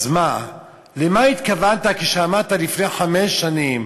אז למה התכוונת כשאמרת לפני חמש שנים: